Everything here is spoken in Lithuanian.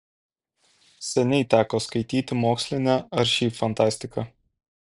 seniai teko skaityti mokslinę ar šiaip fantastiką